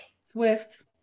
swift